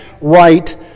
right